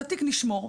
את התיק נשמור,